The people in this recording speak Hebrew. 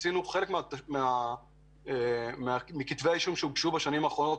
חלק מכתבי האישום שהוגשו בשנים האחרונות ,